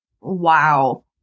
wow